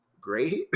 Great